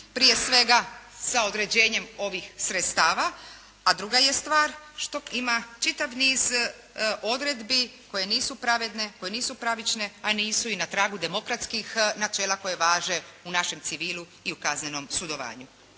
prije svega sa određenjem ovih sredstava, a druga je stvar što ima čitav niz odredbi koje nisu pravedne, koje nisu pravične, a nisu i na tragu demokratskih načela koje važe u našem civilu i u kaznenom sudovanju.